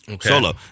solo